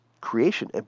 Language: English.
creation